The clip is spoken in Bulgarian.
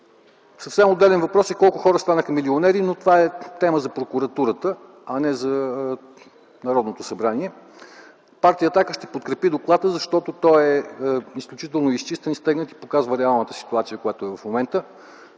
Съвсем отделен въпрос е колко хора станаха милионери, но това е тема за прокуратурата, а не за Народното събрание. Партия „Атака” ще подкрепи доклада, защото той е изключително изчистен, стегнат и показва реалната ситуация, която е в момента.